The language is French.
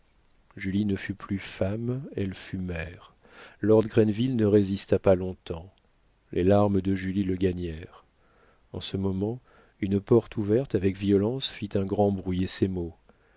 julie ne fut plus femme elle fut mère lord grenville ne résista pas longtemps les larmes de julie le gagnèrent en ce moment une porte ouverte avec violence fit un grand bruit et ces mots